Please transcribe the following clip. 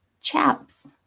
Chaps